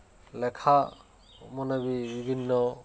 ଲେଖାମାନେ ବି ବିଭିନ୍ନ